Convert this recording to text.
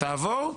תעבור,